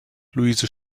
luise